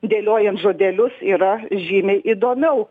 dėliojant žodelius yra žymiai įdomiau